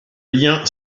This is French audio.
lien